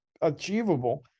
achievable